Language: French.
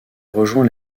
rejoint